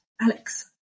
Alex